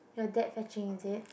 your dad fetching is it